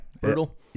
Brutal